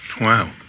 Wow